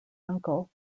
uncle